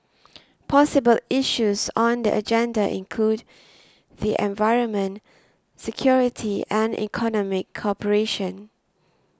possible issues on the agenda include the environment security and economic cooperation